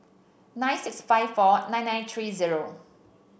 nine six five four nine nine three zero